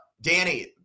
Danny